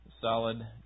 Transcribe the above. solid